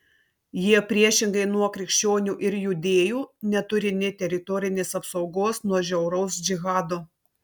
jie priešingai nuo krikščionių ir judėjų neturi nė teritorinės apsaugos nuo žiauraus džihado